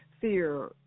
Fear